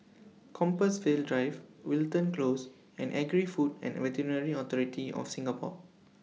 Compassvale Drive Wilton Close and Agri Food and Veterinary Authority of Singapore